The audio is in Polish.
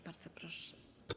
Bardzo proszę.